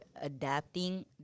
adapting